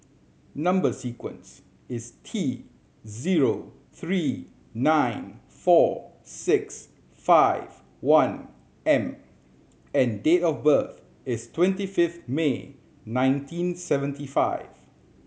number sequence is T zero three nine four six five one M and date of birth is twenty fifth May nineteen seventy five